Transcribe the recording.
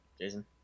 Jason